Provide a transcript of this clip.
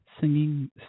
singing